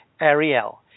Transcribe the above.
Ariel